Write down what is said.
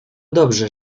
dobrze